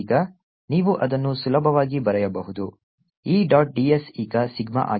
ಈಗ ನೀವು ಅದನ್ನು ಸುಲಭವಾಗಿ ಬರೆಯಬಹುದು E ಡಾಟ್ ds ಈಗ ಸಿಗ್ಮಾ ಆಗಿದೆ